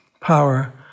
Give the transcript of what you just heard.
power